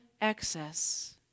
excess